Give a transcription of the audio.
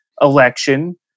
election